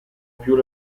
più